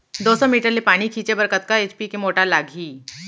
दो सौ मीटर ले पानी छिंचे बर कतका एच.पी के मोटर लागही?